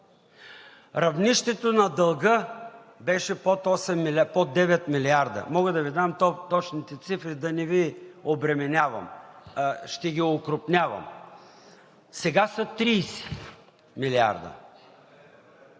Равнището на дълга беше под девет милиарда – мога да Ви дам точните цифри, да не Ви обременявам ще ги окрупнявам. Сега са 30 милиарда.